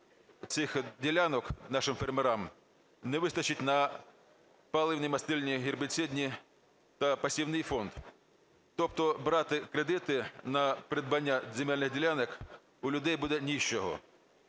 цих ділянок нашим фермерам, не вистачить на паливно-мастильні, гербіцидні та посівний фонд, тобто брати кредити на придбання земельних ділянок у людей буде ні з чого.